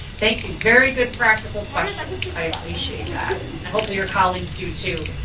thank you. very good practical questions. i appreciate that, and hopefully your colleagues do too.